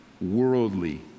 Worldly